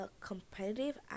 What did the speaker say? competitive